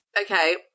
Okay